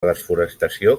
desforestació